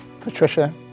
Patricia